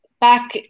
back